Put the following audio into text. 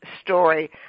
story